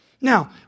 Now